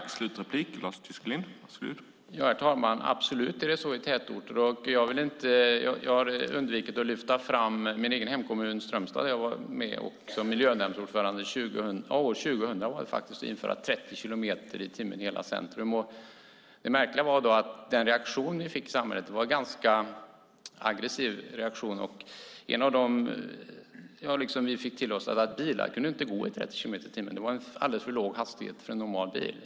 Herr talman! Det är absolut så i tätorter. Jag har undvikit att lyfta fram min egen hemkommun Strömstad. Där var jag som miljönämndsordförande med om att införa 30 kilometer i timmen i hela centrum år 2000. Den reaktion vi fick i samhället var ganska aggressiv. Vi fick höra att bilar inte kunde gå i 30 kilometer i timmen. Det var en alldeles för låg hastighet för en normal bil.